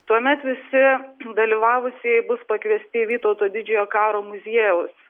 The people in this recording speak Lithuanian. tuomet visi dalyvavusieji bus pakviesti į vytauto didžiojo karo muziejaus